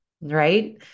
right